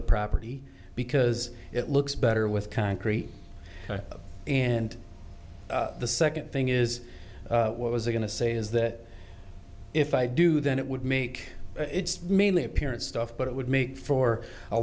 the property because it looks better with concrete and the second thing is what was i going to say is that if i do then it would make its mainly appearance stuff but it would make for a